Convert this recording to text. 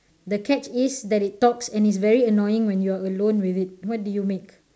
the catch is that it talks and is very annoying when you're alone with it what do you make